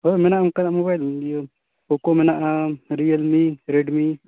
ᱦᱳᱭ ᱢᱮᱱᱟᱜᱼᱟ ᱚᱱᱠᱟᱱᱟᱜ ᱢᱳᱵᱟᱭᱤᱞ ᱤᱭᱟᱹ ᱯᱳᱠᱳ ᱢᱮᱱᱟᱜᱼᱟ ᱨᱤᱭᱮᱞᱢᱤ ᱨᱮᱰᱢᱤ